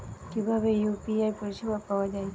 কিভাবে ইউ.পি.আই পরিসেবা পাওয়া য়ায়?